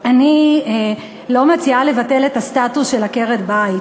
אני לא מציעה לבטל את הסטטוס של עקרת-בית,